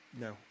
no